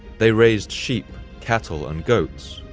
they raised sheep, cattle, and goats,